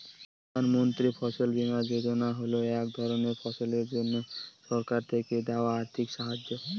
প্রধান মন্ত্রী ফসল বীমা যোজনা হল এক ধরনের ফসলের জন্যে সরকার থেকে দেওয়া আর্থিক সাহায্য